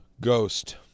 Ghost